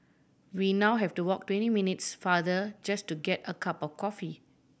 we now have to walk twenty minutes farther just to get a cup of coffee